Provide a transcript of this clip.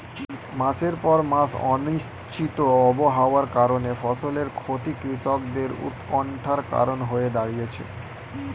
মাসের পর মাস অনিশ্চিত আবহাওয়ার কারণে ফসলের ক্ষতি কৃষকদের উৎকন্ঠার কারণ হয়ে দাঁড়িয়েছে